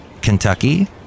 Kentucky